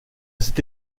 cette